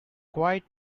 quite